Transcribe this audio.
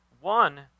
One